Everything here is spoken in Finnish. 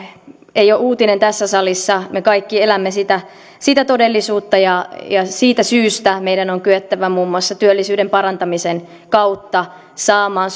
ei ole uutinen tässä salissa me kaikki elämme sitä sitä todellisuutta ja siitä syystä meidän on kyettävä muun muassa työllisyyden parantamisen kautta saamaan